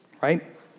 right